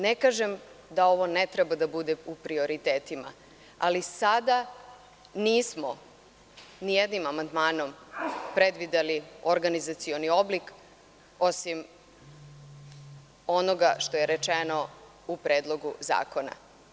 Ne kažem da ovo ne treba da bude u prioritetima, ali sada nismo nijednim amandmanom predvideli organizacioni oblik osim onoga što je rečeno u predlogu zakona.